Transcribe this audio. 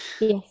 Yes